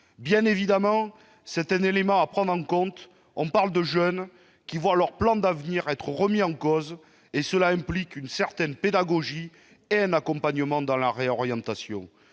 Bien entendu- c'est un élément à prendre en compte -, on parle de jeunes qui voient leur plan d'avenir remis en cause ; cela implique une certaine pédagogie et un accompagnement dans la réorientation.